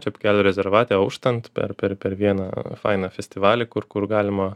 čepkelių rezervate auštant per per per vieną fainą festivalį kur kur galima